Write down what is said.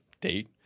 date